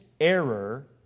error